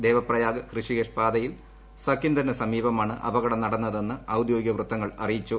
ദേവപ്രയാഗ് ഋഷികേശ് പാതയിൽ സക്കിന്ദറിന് സമീപത്താണ് അപകടം നടന്നതെന്ന് ഔദ്യോഗിക വൃത്തങ്ങൾ അറിയിച്ചു